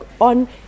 on